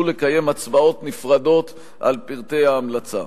לקיים הצבעות נפרדות על פרטי ההמלצה.